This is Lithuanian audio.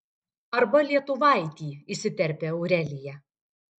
arba lietuvaitį įsiterpia aurelija